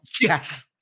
yes